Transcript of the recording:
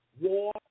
war